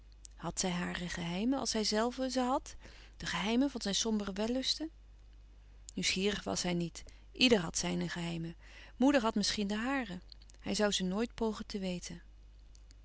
zij hare geheimen als hijzelve ze had de geheimen van zijn sombere wellusten nieuwsgierig was hij niet ieder had zijne geheimen moeder had misschien de louis couperus van oude menschen de dingen die voorbij gaan hare hij zoû ze nooit pogen te weten